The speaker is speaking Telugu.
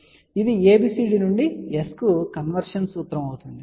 కాబట్టి ఇది ABCD నుండి S కు కన్వర్షన్ సూత్రం అవుతుంది